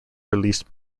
released